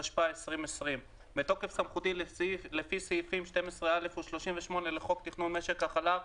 התשפ"א 2020 בתוקף סמכותי לפי סעיפים 12(א) ו- 38 לחוק תכנון משק החלב,